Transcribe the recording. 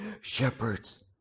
Shepherds